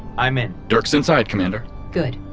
i'm in dirk's inside, commander good.